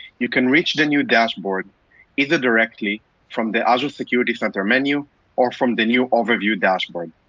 you can reach the new dashboard either directly from the azure security center menu or from the new overview dashboard.